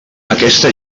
aquesta